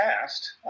past